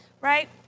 right